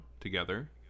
together